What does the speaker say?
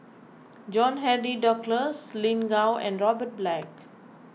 John Henry Duclos Lin Gao and Robert Black